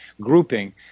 grouping